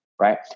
right